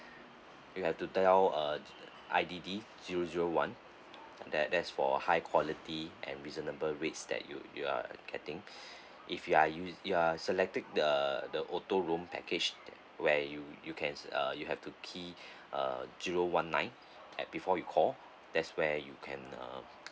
you have to dial uh I_D_D zero zero one that that is for high quality and reasonable rates that you you are getting if you are us~ you are selecting the the auto roam package where you you can uh you have to key uh zero one nine at before you call there's where you can uh